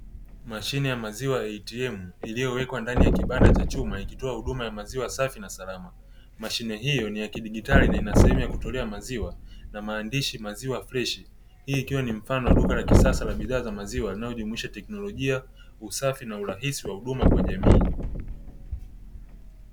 Mashine ya maziwa ya “ATM” iliyowekwa ndani ya kibanda cha chuma ikitoa huduma ya maziwa safi na salama, mashine hiyo ni ya kidigitali na ina sehemu ya kutolea maziwa na maandishi maziwa fleshi, hii ikiwa ni mfano wa duka la kisasa la bidhaa za maziwa linalojumuisha teknolojia, usafi na urahisi wa huduma kwa jamii.